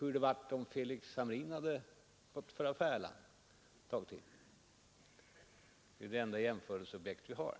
Man kanske frågar hur det hade varit om Felix Hamrin fått föra färlan — det är det enda jämförelseobjekt vi har.